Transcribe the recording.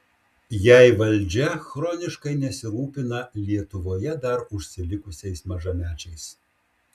jei valdžia chroniškai nesirūpina lietuvoje dar užsilikusiais mažamečiais